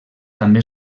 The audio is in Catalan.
també